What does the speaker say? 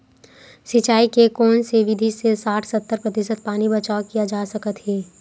सिंचाई के कोन से विधि से साठ सत्तर प्रतिशत पानी बचाव किया जा सकत हे?